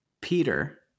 Peter